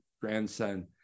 grandson